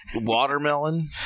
Watermelon